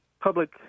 public